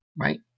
right